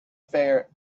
fair